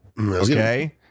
okay